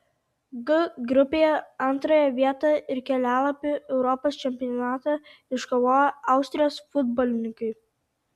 g grupėje antrąją vietą ir kelialapį europos čempionatą iškovojo austrijos futbolininkai